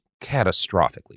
catastrophically